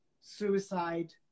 suicide